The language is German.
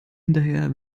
hinterher